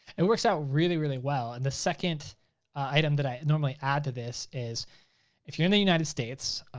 it works out really really well, and the second item that i normally add to this is if you're in the united states,